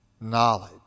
knowledge